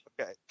Okay